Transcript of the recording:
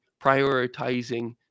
prioritizing